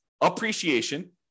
appreciation